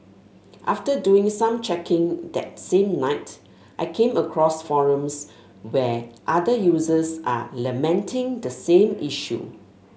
after doing some checking that same night I came across forums where other users are lamenting the same issue